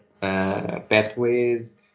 pathways